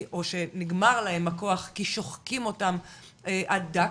או שנגמר להם הכוח כי שוחקים אותם עד דק,